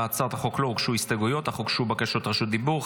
להצעת החוק לא הוגשו הסתייגויות אך הוגשו בקשות רשות דיבור.